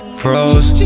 froze